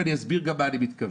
ואסביר למה אני מתכוון.